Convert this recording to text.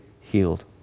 healed